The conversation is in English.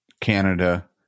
Canada